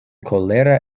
kolera